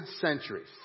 centuries